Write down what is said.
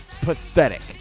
pathetic